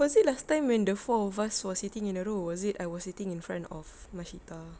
was it last time when the four of us were sitting in a row was it I was sitting in front of mashita